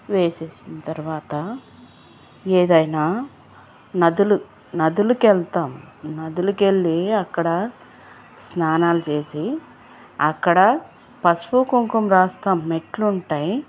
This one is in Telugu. వేసేసిన తరువాత ఏదైనా నదులు నదులుకెళ్తాము నదులకెళ్ళి అక్కడ స్నానాలు చేసి అక్కడ పసుపు కుంకుమ రాస్తాము మెట్లుంటాయి